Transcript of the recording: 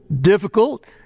difficult